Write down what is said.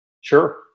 Sure